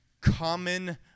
common